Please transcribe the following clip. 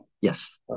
Yes